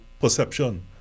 perception